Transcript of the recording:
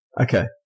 Okay